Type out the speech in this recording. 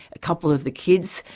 a couple of the kids,